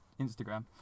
Instagram